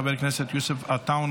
חבר הכנסת יוסף עטאונה,